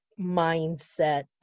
mindset